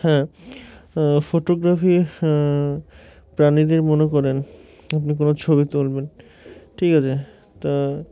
হ্যাঁ ফটোগ্রাফি প্রাণীদের মনে করেন আপনি কোনো ছবি তুলবেন ঠিক আছে তা